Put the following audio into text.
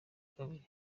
kabiri